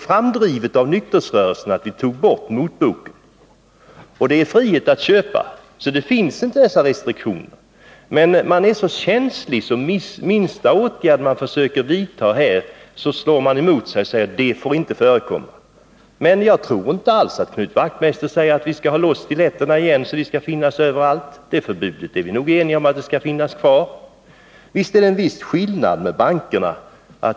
Nykterhetsrörelsen drev ju fram att motboken togs bort. Dessa restriktioner finns alltså inte. Men man är så känslig att man inför minsta åtgärd som vi försöker vidta slår ifrån sig och säger att det får inte förekomma. Men jag tror inte alls att Knut Wachtmeister säger att vi t.ex. bör släppa loss stiletterna igen så att de skall få finnas överallt. Det förbudet är vi nog eniga om att ha kvar. Det är naturligtvis en viss skillnad med bankerna.